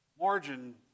Margin